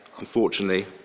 Unfortunately